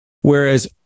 Whereas